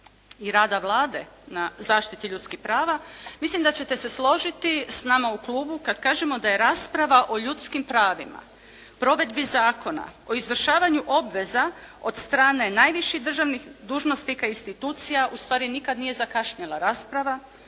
i rada Vlade na zaštiti ljudskih prava mislim da ćete se složiti s nama u klubu kad kažemo da je rasprava o ljudskim pravima, provedbi zakona o izvršavanju obveza od strane najviših državnih dužnosnika i institucija ustvari nikad nije zakašnjela rasprava